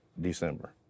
December